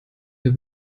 der